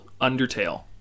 Undertale